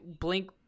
Blink